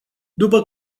după